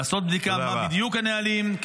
לעשות בדיקה מהם בדיוק הנהלים,